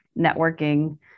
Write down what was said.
networking